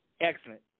excellent